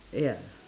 ya